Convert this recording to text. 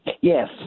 Yes